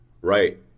Right